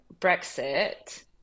Brexit